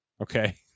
Okay